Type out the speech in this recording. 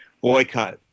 boycott